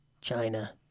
China